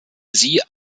sie